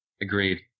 Agreed